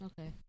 Okay